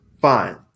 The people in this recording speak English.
Fine